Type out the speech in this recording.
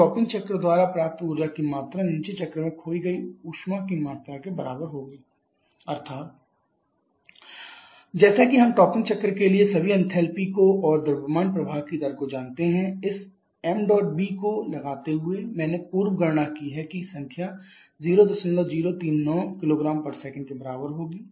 तो टॉपिंग चक्र द्वारा प्राप्त ऊर्जा की मात्रा नीचे चक्र में खोई गई ऊर्जा की मात्रा के बराबर है अर्थात mAh5 h8mBh2 h3 जैसा कि हमटॉपिंग चक्र के लिए सभी एंथैल्पी को और द्रव्यमान प्रवाह की दर को जानते हैं इस ṁB को लगाते हुए मैंने पूर्व गणना की है कि संख्या 0039 kg s के बराबर होगी